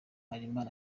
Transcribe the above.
harelimana